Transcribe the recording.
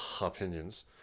opinions